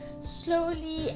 slowly